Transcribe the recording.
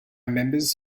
members